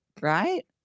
right